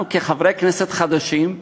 לנו כחברי כנסת חדשים,